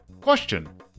Question